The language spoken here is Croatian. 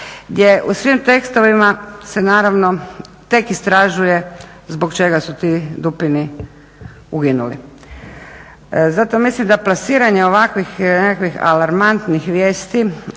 gdje u svim tekstovima se tek istražuje zbog čega su ti dupini uginuli. Zato mislim da plasiranje ovakvih nekakvih alarmantnih vijesti